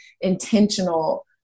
intentional